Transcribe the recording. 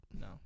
No